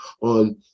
on